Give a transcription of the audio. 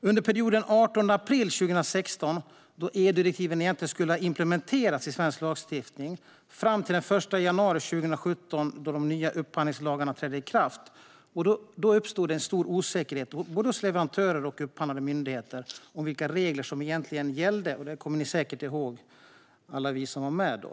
Under perioden från den 18 april 2016, då EU-direktiven egentligen skulle ha implementerats i svensk lagstiftning, fram till den 1 januari 2017, då de nya upphandlingslagarna trädde i kraft, uppstod stor osäkerhet hos både leverantörer och upphandlande myndigheter om vilka regler som egentligen gällde. Det kommer ni säkert ihåg, alla ni som var med då.